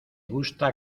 gusta